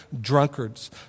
drunkards